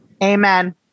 Amen